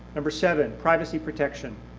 number seven, privacy protection,